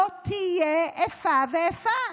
לא תהיה איפה ואיפה.